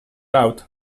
out